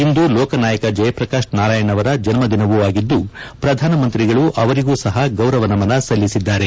ಇಂದು ಲೋಕನಾಯಕ ಜಯಪ್ರಕಾಶ್ ನಾರಾಯಣ್ ಅವರ ಜನ್ನ ದಿನವೂ ಆಗಿದ್ದು ಪ್ರಧಾನಮಂತ್ರಿಗಳು ಅವರಿಗೂ ಸಹ ಗೌರವ ನಮನ ಸಲ್ಲಿಸಿದ್ದಾರೆ